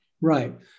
right